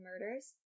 murders